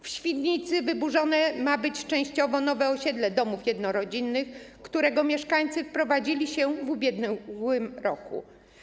W Świdnicy wyburzone ma być częściowo nowe osiedle domów jednorodzinnych, którego mieszkańcy wprowadzili się w ubiegłym roku.